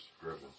driven